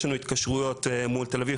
יש לנו התקשרויות מול תל אביב,